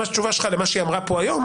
מה התשובה שלך למה שהיא אמרה פה היום?